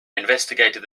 investigated